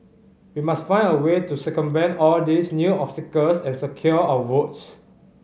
we must find a way to circumvent all these new obstacles and secure our votes